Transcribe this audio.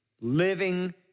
living